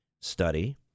study